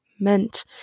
meant